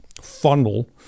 funnel